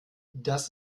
das